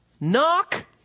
Knock